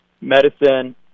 medicine